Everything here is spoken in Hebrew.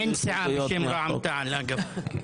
אין סיעה בשם רע"מ תע"ל, אגב.